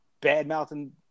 bad-mouthing